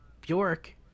Bjork